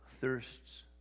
thirsts